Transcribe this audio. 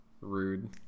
Rude